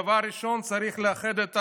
דבר ראשון צריך לאחד את העם.